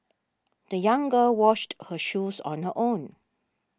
the young girl washed her shoes on her own